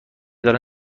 دارن